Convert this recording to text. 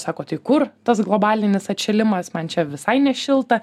sako tai kur tas globalinis atšilimas man čia visai nešilta